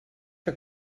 que